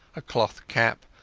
a cloth cap,